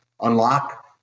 unlock